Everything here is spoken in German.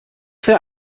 für